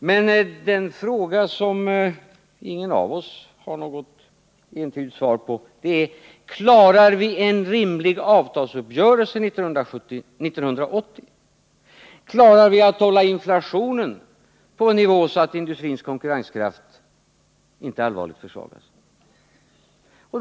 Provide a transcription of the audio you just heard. Men den fråga som ingen av oss har något entydigt svar på är: Klarar vi en rimlig avtalsuppgörelse 1980? Klarar vi att hålla inflationen på en sådan nivå att industrins konkurrenskraft inte allvarligt försvagas?